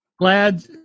Glad